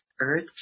earth